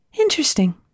Interesting